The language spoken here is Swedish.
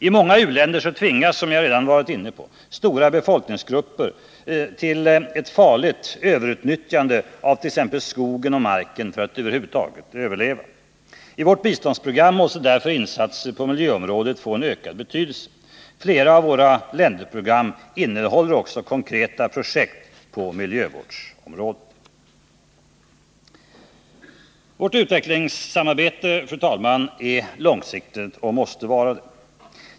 I många u-länder tvingas — som jag redan varit inne på — stora befolkningsgrupper till ett farligt överutnyttjande av t.ex. skogen och marken för att över huvud taget överleva. I vårt biståndsprogram måste därför insatser på miljöområdet få en ökad betydelse. Flera av våra länderprogram innehåller också konkreta projekt på miljöområdet. Vårt utvecklingssamarbete, fru talman, är långsiktigt och måste vara det.